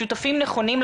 שותפים נכונים,